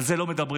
על זה לא מדברים.